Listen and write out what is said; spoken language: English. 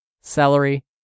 celery